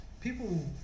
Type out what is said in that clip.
people